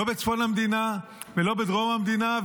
לא בצפון המדינה ולא בדרום המדינה,